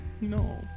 no